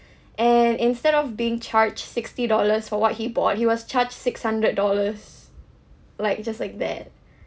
and instead of being charged sixty dollars for what he bought he was charged six hundred dollars like just like that